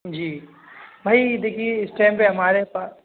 جی بھائی دیکھیے اِس ٹائم پہ ہمارے پاس